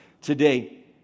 today